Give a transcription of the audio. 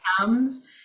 comes